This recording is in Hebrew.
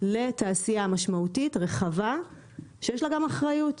לתעשייה משמעותית רחבה שיש לה גם אחריות,